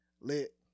Lit